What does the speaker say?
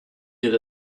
did